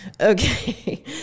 Okay